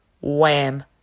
Wham